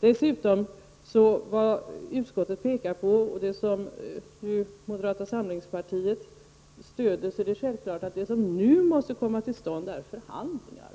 Utskottet pekar nu på, vilket även moderaterna stöder sig på, att det självfallet måste komma till stånd förhandlingar.